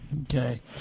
Okay